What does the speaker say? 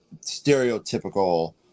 stereotypical